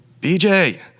BJ